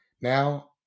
now